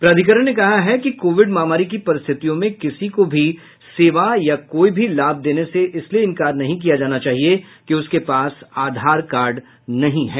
प्राधिकरण ने कहा है कि कोविड महामारी की परिस्थितियों में किसी को भी सेवा या कोई भी लाभ देने से इसलिए इंकार नहीं किया जाना चाहिए कि उसके पास आधार कार्ड नहीं है